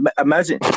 imagine